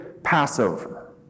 Passover